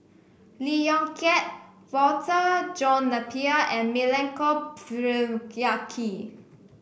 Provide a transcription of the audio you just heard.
Lee Yong Kiat Walter John Napier and Milenko Prvacki